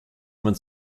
man